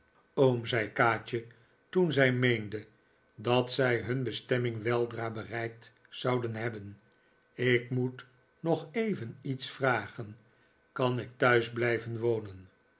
zei kaatje toen zij meende dat zij hun bestemming weldra bereikt zouden hebben ik moet nog even iets vragen kan ik thuis blijven wonen